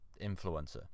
influencer